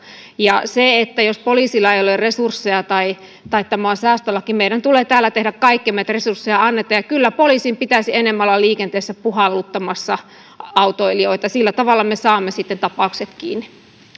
ja jos poliisilla ei ole resursseja tai tai tämä on säästölaki meidän tulee täällä tehdä kaikkemme että resursseja annetaan kyllä poliisin pitäisi enemmän olla liikenteessä puhalluttamassa autoilijoita sillä tavalla me saamme sitten tapaukset kiinni